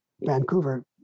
Vancouver